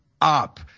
up